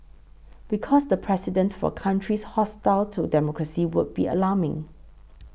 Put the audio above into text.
because the precedent for countries hostile to democracy would be alarming